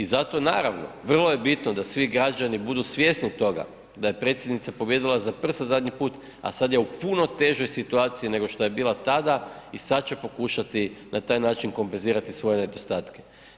I zato naravno vrlo je bitno da svi građani budu svjesni toga da je predsjednica pobijedila za prst zadnji put, a sada je u puno težoj situaciji nego što je bila tada i sad će pokušati na taj način kompenzirati svoje nedostatke.